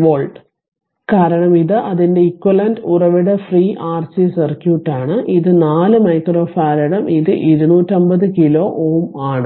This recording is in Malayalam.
വോൾട്ട കാരണം ഇത് അതിന്റെ എക്വിവാലെന്റ ഉറവിട ഫ്രീ ആർസി സർക്യൂട്ടാണ് ഇത് 4 മൈക്രോ ഫറാഡും ഇത് 2 50 കിലോ Ω ആണ്